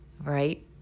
right